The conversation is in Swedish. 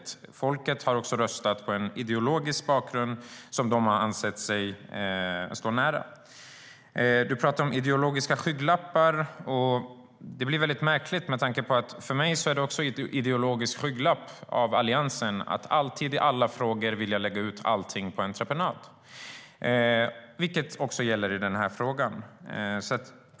Människor har också röstat på en ideologisk bakgrund som de har ansett sig stå nära. Du talar om ideologiska skygglappar. Det blir väldigt märkligt. För mig är det en ideologisk skygglapp av Alliansen att alltid i alla frågor vilja lägga ut allting på entreprenad, vilket också gäller i den här frågan.